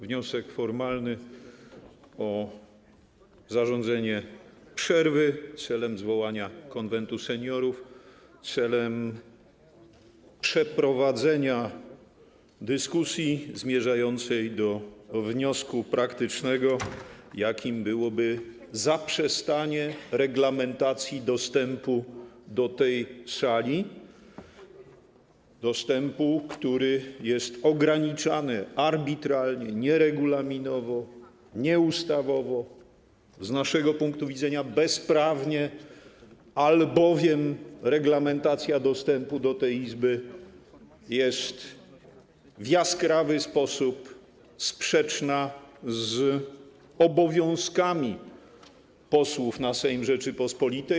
Wniosek formalny o zarządzenie przerwy celem zwołania Konwentu Seniorów i przeprowadzenia dyskusji zmierzającej do wniosku praktycznego, jakim byłoby zaprzestanie reglamentacji dostępu do tej sali, dostępu, który jest ograniczany arbitralnie, nieregulaminowo, nieustawowo, z naszego punktu widzenia bezprawnie, albowiem reglamentacja dostępu do tej Izby jest w jaskrawy sposób sprzeczna z obowiązkami posłów na Sejm Rzeczypospolitej.